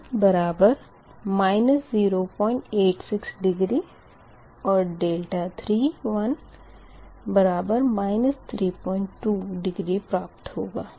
2 बराबर 086 डिग्री और 3 बराबर 32 डिग्री प्राप्त होगा